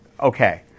Okay